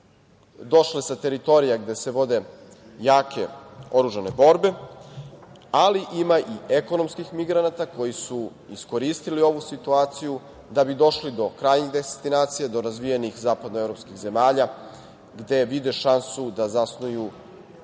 došle sa teritorija gde se vode jake oružane borbe, ali ima i ekonomskih migranata koji su iskoristili ovu situaciju da bi došli do krajnjih destinacija, do razvijenih zapadnoevropskih zemalja gde vide šansu da zasnuju